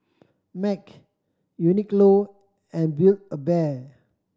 Mac Uniqlo and Build A Bear